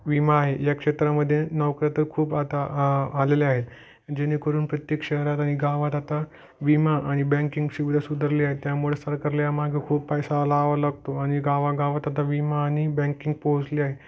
विमा आहे या क्षेत्रामध्ये नौकऱ्या तर खूप आता आ आलेल्या आहे जेणेकरून प्रत्येक शहरात आणि गावात आता विमा आणि बँकिंग सुविधा सुधारली आहे त्यामुळे सरकारला या मागं खूप पैसा लावावा लागतो आणि गावागावात आता विमा आणि बँकिंग पोहोचली आहे